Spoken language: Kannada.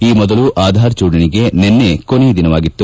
ಈ ಮೊದಲು ಆಧಾರ್ ಜೋಡಣೆಗೆ ನಿನ್ನೆ ಕೊನೆಯ ದಿನವಾಗಿತ್ತು